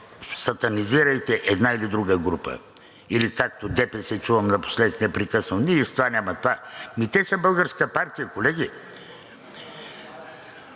сатанизирайте една или друга група или както ДПС чувам напоследък непрекъснато: „Ние с това няма…“ Ами и те са българска партия, колеги.